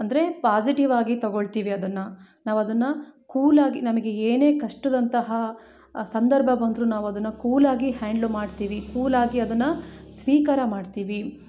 ಅಂದರೆ ಪಾಸಿಟಿವಾಗಿ ತಗೋಳ್ತೀವಿ ಅದನ್ನು ನಾವು ಅದನ್ನು ಕೂಲಾಗಿ ನಮಗೆ ಏನೇ ಕಷ್ಟದಂತಹ ಸಂದರ್ಭ ಬಂದರು ನಾವು ಅದನ್ನು ಕೂಲಾಗಿ ಹ್ಯಾಂಡ್ಲ್ ಮಾಡ್ತೀವಿ ಕೂಲಾಗಿ ಅದನ್ನು ಸ್ವೀಕಾರ ಮಾಡ್ತೀವಿ